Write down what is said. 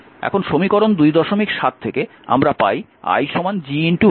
এখন সমীকরণ 27 থেকে আমরা পাই i Gv